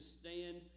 stand